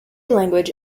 language